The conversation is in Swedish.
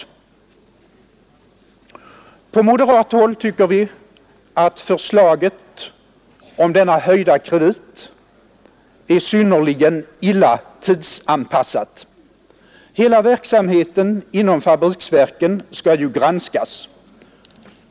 På moderat håll tycker vi att förslaget om denna höjda kredit är synnerligen illa tidsanpassat. Hela verksamheten inom fabriksverken skall ju granskas.